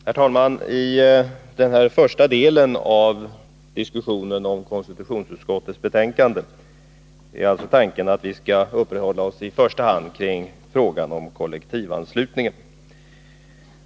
Herr talman! I denna första del av diskussionen om konstitutionsutskottets betänkande är tanken att vi i första hand skall uppehålla oss vid frågan om kollektivanslutning.